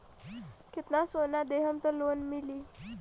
कितना सोना देहम त लोन मिली?